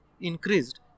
increased